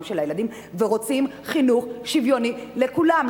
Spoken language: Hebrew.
של הילדים ורוצים חינוך שוויוני לכולם,